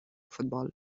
futbol